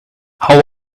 how